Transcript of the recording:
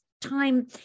time